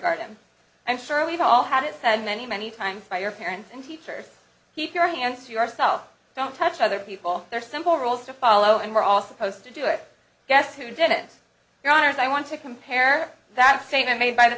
garden and sure we've all had it said many many times by your parents and teachers keep your hands to yourself don't touch other people they're simple rules to follow and we're all supposed to do it guess who did it your honor if i want to compare that statement made by the